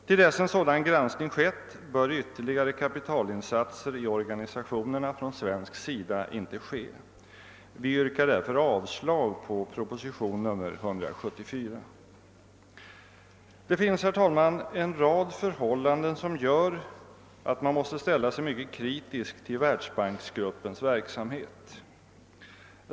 Till dess att sådan granskning kommit till stånd bör ytterligare kapitalinsatser i organisationen från svensk sida inte ske. Vi yrkar därför avslag på propositionen. En rad förhållanden gör att man måste ställa sig mycket kritisk till världsbanksgruppens verksamhet.